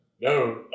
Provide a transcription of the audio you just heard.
no